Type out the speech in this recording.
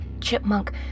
Chipmunk